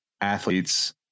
athletes